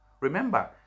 Remember